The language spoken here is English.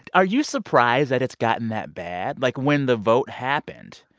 are you surprised that it's gotten that bad? like, when the vote happened,